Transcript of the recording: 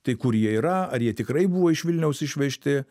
tai kur jie yra ar jie tikrai buvo iš vilniaus išvežti